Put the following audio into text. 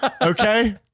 Okay